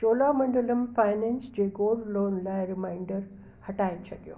Cholamandalam finance जे gold loan लाइ reminder हटाइ छॾियो